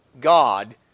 God